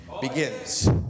begins